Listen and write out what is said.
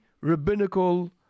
rabbinical